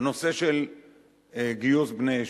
הנושא של גיוס בני ישיבות,